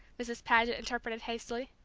mrs. paget interpreted hastily.